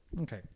Okay